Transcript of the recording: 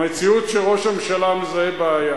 המציאות שראש הממשלה מזהה בעיה,